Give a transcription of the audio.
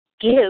give